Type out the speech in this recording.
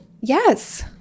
yes